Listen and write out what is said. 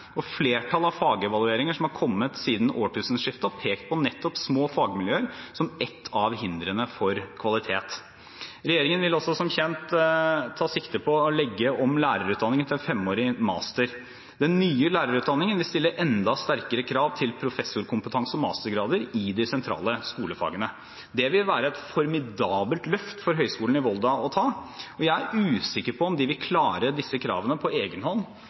Flertallet av fagevalueringer som er kommet siden årtusenskiftet, har pekt på nettopp små fagmiljøer som et av hindrene for kvalitet. Regjeringen vil som kjent ta sikte på å legge om lærerutdanningen til en femårig master. Den nye lærerutdanningen vil stille enda sterkere krav til professorkompetanse og mastergrader i de sentrale skolefagene. Det vil være et formidabelt løft for Høgskulen i Volda å ta, og jeg er usikker på om de vil klare disse kravene på